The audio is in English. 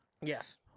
Yes